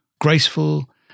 Graceful